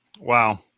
Wow